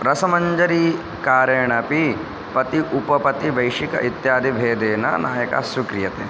रसमञ्जरीकारेणापी पतिः उपपतिः वैशिकः इत्यादि भेदेन नायकान् स्वीक्रियते